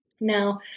Now